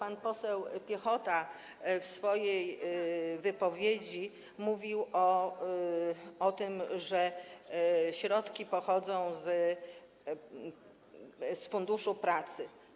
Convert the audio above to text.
Pan poseł Piechota w swojej wypowiedzi mówił o tym, że środki pochodzą z Funduszu Pracy.